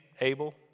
Abel